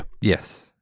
yes